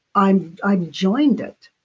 i've i've joined it